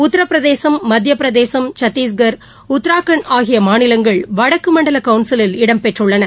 உத்திரபிரதேசம் மத்தியபிரதேசம் சட்டஸ்கர் உத்தரகாண்ட் ஆகியமாநிலங்கள் வடக்குமண்டலகவுன்சிலில் இடம்பெற்றுள்ளன